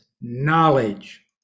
knowledge